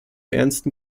ernsten